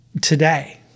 today